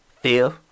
fifth